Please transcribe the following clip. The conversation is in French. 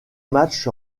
match